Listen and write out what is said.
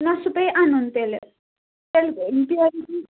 نہ سُہ پے اَنُن تیٚلہِ تیٚلہِ پیرِو تُہۍ